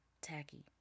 tacky